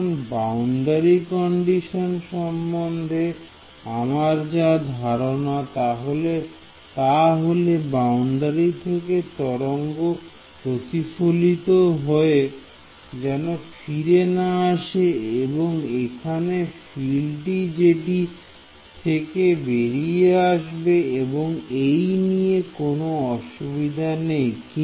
এখন boundary condition সম্বন্ধে আমার যা ধারণা তাহলে বাউন্ডারি থেকে তরঙ্গ প্রতিফলিত হয়ে যেন ফিরে না আসে এবং এইখানে ফিল্ডটি জেটি থেকে বেরিয়ে আসবে এবং এই নিয়ে কোন অসুবিধা নেই